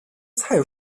珍珠菜